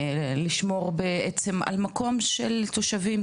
לשמור בעצם על מקום של תושבים,